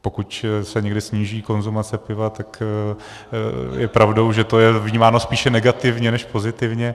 Pokud se někdy sníží konzumace piva, tak je pravdou, že je to vnímáno spíše negativně než pozitivně.